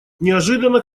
неожиданно